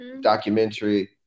documentary